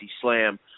slam